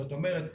זאת אומרת,